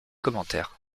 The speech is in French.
commentaires